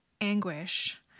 anguish